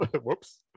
Whoops